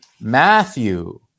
Matthew